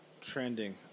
Trending